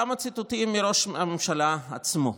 כמה ציטוטים מראש הממשלה עצמו,